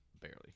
barely